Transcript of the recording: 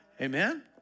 Amen